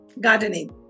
Gardening